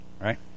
right